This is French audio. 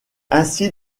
ainsi